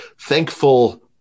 thankful